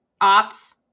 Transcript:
ops